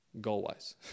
Goal-wise